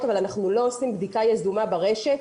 אבל אנחנו לא עושים בדיקה יזומה ברשת.